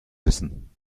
wissen